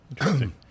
Interesting